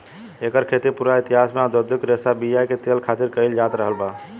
एकर खेती पूरा इतिहास में औधोगिक रेशा बीया के तेल खातिर कईल जात रहल बा